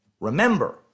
Remember